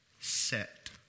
set